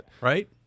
Right